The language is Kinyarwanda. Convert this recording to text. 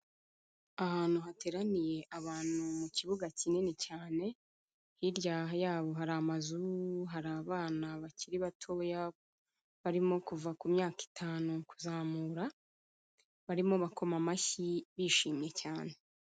Ahantu hateraniye abantu mu kibuga kinini cyane hirya yabo hari amazu hari abana bakiri batoya barimo kuva ku myaka itanu kuzamura barimo bakoma amashyi bishimye cyane.